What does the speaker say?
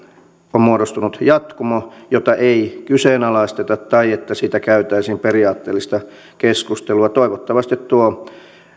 on muodostunut jatkumo jota ei kyseenalaisteta tai josta käytäisiin periaatteellista keskustelua toivottavasti tuo